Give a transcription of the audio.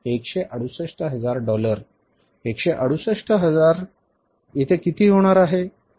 168 हजार डॉलर 168 हजार येथे किती होणार आहे